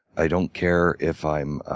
i don't care if i'm